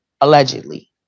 allegedly